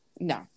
No